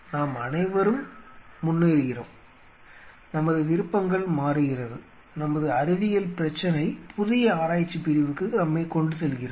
நாம் அனைவரும் முன்னேறுகிறோம் நமது விருப்பங்கள் மாறுகிறது நமது அறிவியல் பிரச்சனை புதிய ஆராய்ச்சிப் பிரிவுக்கு நம்மை கொண்டுசெல்கிறது